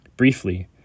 Briefly